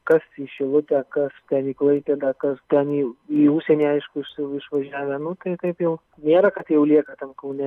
kas į šilutę kas ten į klaipėdą kas ten į į užsienį aišku išsiv išvažiavę nu tai kaip jau nėra kad jau lieka ten kaune